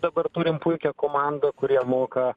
dabar turim puikią komandą kurie moka